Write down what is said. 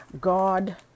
God